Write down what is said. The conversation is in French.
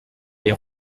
les